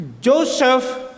Joseph